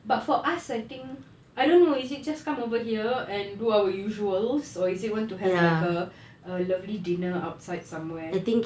but for us I think I don't know is it just come over here and do our usual or is it want to have like a a lovely dinner outside somewhere